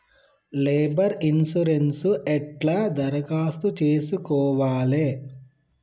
Labour insurance ఎట్ల దరఖాస్తు చేసుకోవాలే?